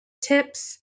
tips